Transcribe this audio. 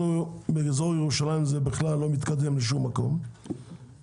באזור ירושלים זה בכלל לא מתקדם לשום מקום ולכן